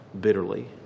bitterly